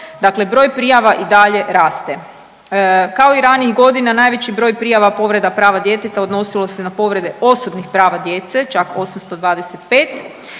Dakle, broj prijava i dalje raste. Kao i ranijih godina najveći broj prijava povreda prava djeteta odnosilo se na povrede osobnih prava djece čak 825,